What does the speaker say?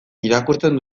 irakurtzen